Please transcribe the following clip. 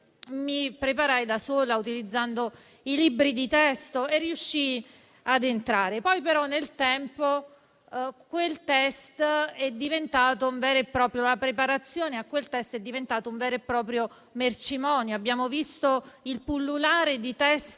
mi preparai da sola utilizzando i libri di testo e riuscii ad entrare. Nel tempo, però, la preparazione a quel test è diventata un vero e proprio mercimonio: abbiamo visto il pullulare di test